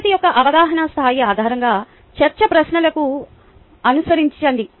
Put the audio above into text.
తరగతి యొక్క అవగాహన స్థాయి ఆధారంగా చర్చా ప్రశ్నలను అనుసరించండి